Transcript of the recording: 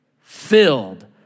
filled